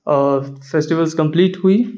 اور festivals complete ہوئی